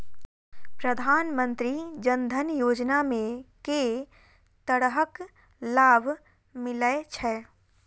प्रधानमंत्री जनधन योजना मे केँ तरहक लाभ मिलय छै?